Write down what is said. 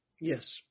Yes